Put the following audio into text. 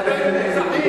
חבר הכנסת נסים זאב,